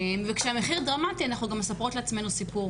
וכשהמחיר דרמטי אנחנו גם מספרות לעצמנו סיפור